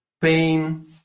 pain